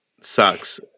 sucks